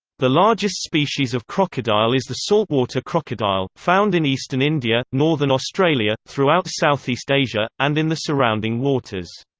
the largest species of crocodile is the saltwater crocodile, found in eastern india, northern australia, throughout south-east asia, and in the surrounding waters.